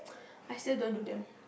I still don't do them